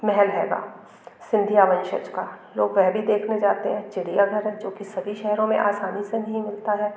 महल हैगा सिंधिया वंशज का लोग वेह भी देखने जाते हैं चिड़ियाघर है जो कि सभी शहरों में आसानी से नहीं मिलता है